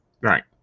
right